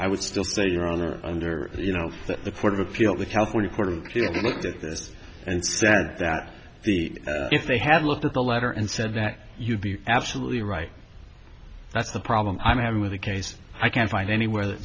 i would still say your honor under you know the court of appeal the california court of this and sent that the if they had looked at the letter and said that you'd be absolutely right that's the problem i'm having with the case i can't find anywhere